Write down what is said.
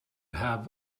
have